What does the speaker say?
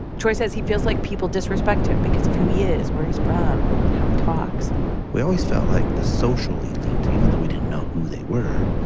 troy says he feels like people disrespect him because of who he is, where he's from, how he talks we always felt like the social elite, even though we didn't know who they were